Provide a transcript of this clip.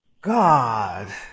God